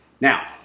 Now